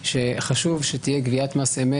שחשוב שתהיה גביית מס אמת,